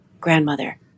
grandmother